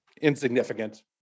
insignificant